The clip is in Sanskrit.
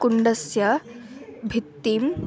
कुण्डस्य भित्तिं